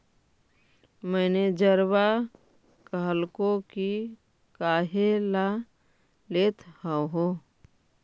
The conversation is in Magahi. मैनेजरवा कहलको कि काहेला लेथ हहो?